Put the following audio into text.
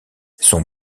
son